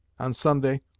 on sunday,